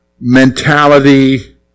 mentality